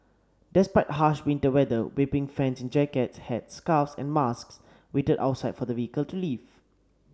despite harsh winter weather weeping fans in jackets hats scarves and masks waited outside for the vehicle to leave